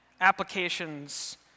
applications